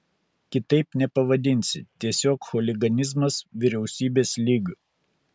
kitaip nepavadinsi tiesiog chuliganizmas vyriausybės lygiu